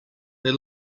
they